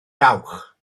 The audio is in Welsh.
dawch